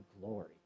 glory